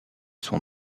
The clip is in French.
son